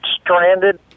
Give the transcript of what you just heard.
stranded